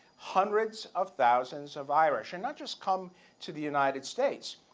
hundreds of thousands of irish, and not just come to the united states,